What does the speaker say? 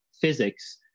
physics